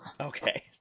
Okay